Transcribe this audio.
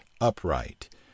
upright